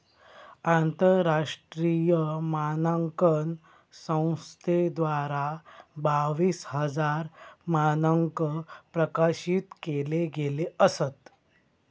आंतरराष्ट्रीय मानांकन संस्थेद्वारा बावीस हजार मानंक प्रकाशित केले गेले असत